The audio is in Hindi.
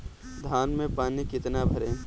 धान में पानी कितना भरें?